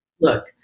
look